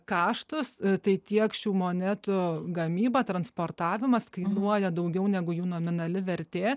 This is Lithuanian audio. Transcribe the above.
kaštus tai tiek šių monetų gamyba transportavimas kainuoja daugiau negu jų nominali vertė